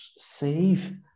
save